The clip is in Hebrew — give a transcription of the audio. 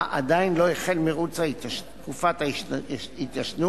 עדיין לא החל מירוץ תקופת ההתיישנות,